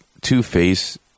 Two-Face